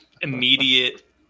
immediate